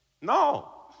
No